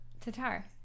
Tatar